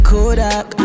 Kodak